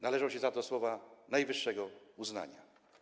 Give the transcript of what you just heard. Należą się za to słowa najwyższego uznania.